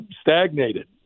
stagnated